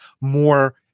more